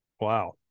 Wow